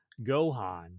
Gohan